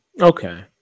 Okay